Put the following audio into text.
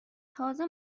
تازه